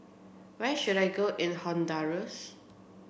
where should I go in Honduras